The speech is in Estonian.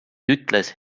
ütles